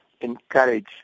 encourage